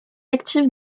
active